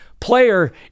player